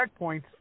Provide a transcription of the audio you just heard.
checkpoints